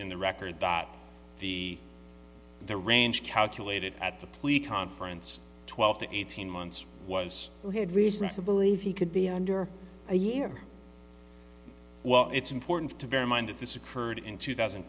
in the record that the the range calculated at the plea conference twelve to eighteen months was a good reason to believe he could be under a year well it's important to bear in mind that this occurred in two thousand